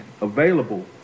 available